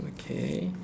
okay